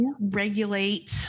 regulate